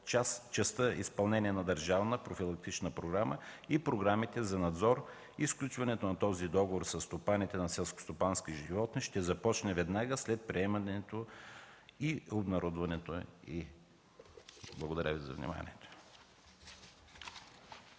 частта „Изпълнение на държавна профилактична програма”. Програмите за надзор и сключването на този договор със стопаните на селскостопански животни ще започне веднага след приемането и обнародването й. Благодаря Ви за вниманието.